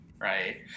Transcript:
right